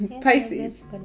Pisces